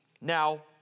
Now